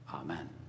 Amen